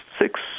six